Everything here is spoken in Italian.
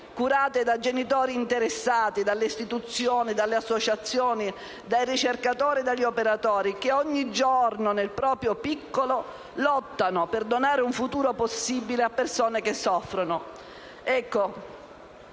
curate da genitori interessati, dalle istituzioni, dalle associazioni, dai ricercatori e dagli operatori, che ogni giorno, nel proprio piccolo, lottano per donare un futuro possibile a persone che soffrono.